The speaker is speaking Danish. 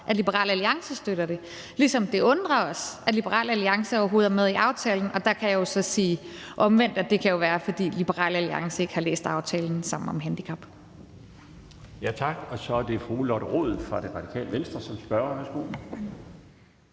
at Liberal Alliance støtter det, ligesom det undrer os, at Liberal Alliance overhovedet er med i aftalen. Og der kan jeg jo så omvendt sige, at det kan være, fordi Liberal Alliance ikke har læst aftalen »Sammen om Handicap«. Kl. 12:15 Den fg. formand (Bjarne Laustsen): Tak. Så er det fru Lotte Rod fra Radikale Venstre som spørger.